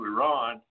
Iran